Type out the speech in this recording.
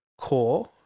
core